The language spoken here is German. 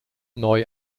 neu